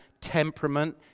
temperament